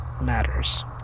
matters